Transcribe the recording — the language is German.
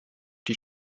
die